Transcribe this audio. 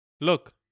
look